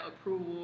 approval